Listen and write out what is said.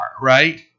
Right